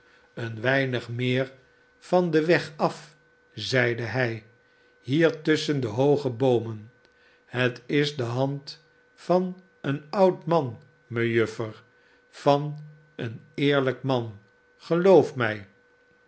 een weinig meer van den weg af zeide hij hier tusschen de hooge boomen het is de hand van een oud man mejuffer van een eerlijk man geloof mij